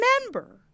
remember